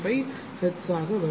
0235 ஹெர்ட்ஸாக வரும்